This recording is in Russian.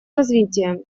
развитием